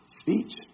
speech